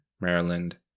Maryland